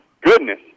goodness